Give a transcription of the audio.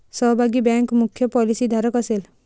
सहभागी बँक मुख्य पॉलिसीधारक असेल